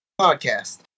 podcast